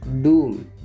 doom